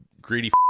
greedy